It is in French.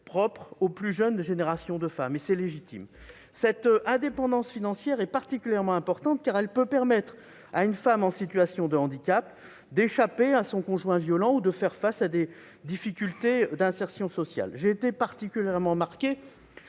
propre aux plus jeunes générations de femmes. C'est par parfaitement légitime. Cette aspiration est particulièrement importante, car elle peut permettre à une femme en situation de handicap d'échapper à son conjoint violent ou de faire face à des difficultés d'insertion sociale. J'ai été particulièrement marqué